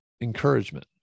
encouragement